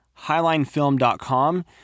Highlinefilm.com